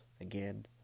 again